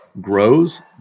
grows